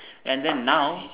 and then now